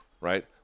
right